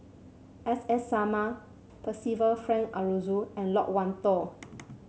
S S Sarma Percival Frank Aroozoo and Loke Wan Tho